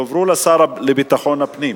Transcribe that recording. יועברו לשר לביטחון הפנים,